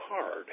hard